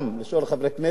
לשאול חברי כנסת,